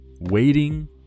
Waiting